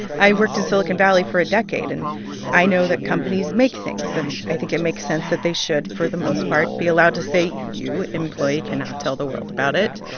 i worked in silicon valley for a decade. and i know that companies make things, and i think it makes sense that they should, for the most part, be allowed to say you, employee, cannot tell the world about it.